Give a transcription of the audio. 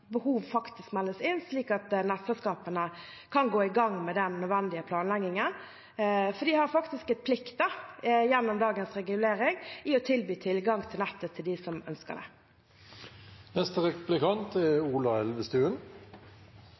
behov faktisk meldes inn, slik at nettselskapene kan gå i gang med den nødvendige planleggingen, for de har faktisk en plikt gjennom dagens regulering til å tilby tilgang til nettet til dem som ønsker det.